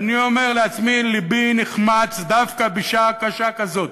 ואני אומר לעצמי, לבי נחמץ דווקא בשעה קשה כזאת.